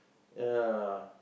ya